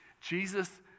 Jesus